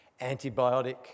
antibiotic